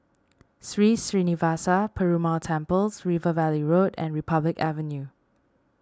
Sri Srinivasa Perumal Temple's River Valley Road and Republic Avenue